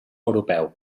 europeu